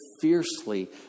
fiercely